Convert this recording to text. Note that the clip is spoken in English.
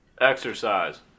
Exercise